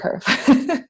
curve